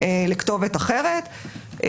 לכתובת אחרת.